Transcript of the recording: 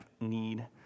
need